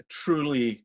truly